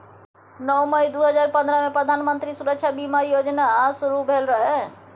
नौ मई दु हजार पंद्रहमे प्रधानमंत्री सुरक्षा जीबन बीमा योजना शुरू भेल रहय